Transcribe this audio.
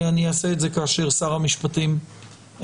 אני אעשה את זה כאשר שר המשפטים יצטרף,